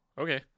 Okay